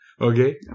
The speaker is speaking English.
Okay